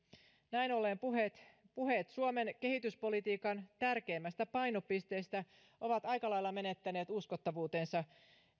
näin ollen puheet puheet suomen kehityspolitiikan tärkeimmästä painopisteestä ovat aika lailla menettäneet uskottavuutensa